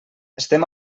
estem